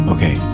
Okay